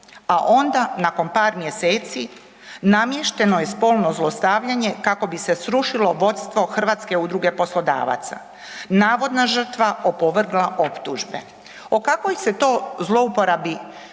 a onda nakon par mjeseci namješteno je spolno zlostavljanje kako bi se srušilo vodstvo Hrvatske udruge poslodavaca. Navodna žrtva opovrgla optužbe.“ O kakvoj se to zlouporabi